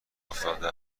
افتاده